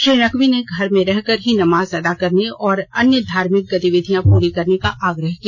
श्री नकवी ने घर में रहकर ही नमाज अदा करने और अन्यक धार्मिक गतिविधियां पूरी करने का आग्रह किया